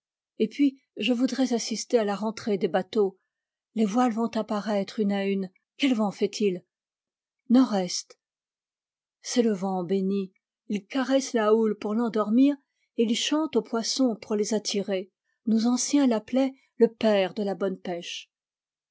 et puis je voudrais assister à la rentrée des bateaux les voiles vont apparaître une à une quel vent fait-il nord-est c'est le vent béni il caresse la houle pour l'endormir et il chante aux poissons pour les attirer nos anciens l'appelaient le père de la bonne pêche